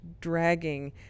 dragging